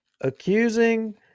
Accusing